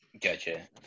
Gotcha